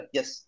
Yes